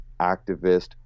activist